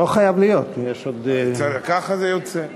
לא חייב להיות, יש עוד, ככה זה יוצא.